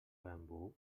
raimbault